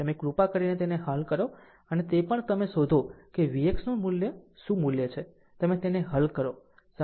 તમે કૃપા કરીને તેને હલ કરો અને તે પણ તમે શોધો કે Vx નું શું મૂલ્ય છે અને તમે તેને હલ કરો